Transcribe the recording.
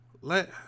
let